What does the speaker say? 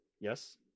yes